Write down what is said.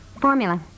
formula